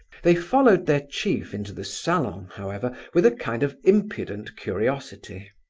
they followed their chief into the salon, however, with a kind of impudent curiosity.